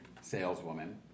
saleswoman